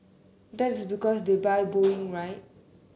that is because they buy Boeing right